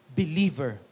believer